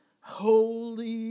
holy